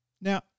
Now